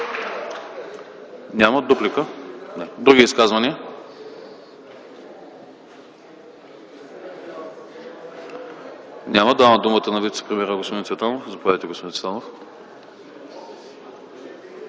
Няма. Други изказвания? Няма. Давам думата на вицепремиера господин Цветанов. Заповядайте, господин Цветанов.